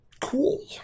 cool